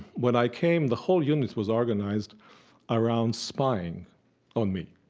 when i came, the whole unit was organized around spying on me.